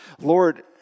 Lord